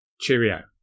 Cheerio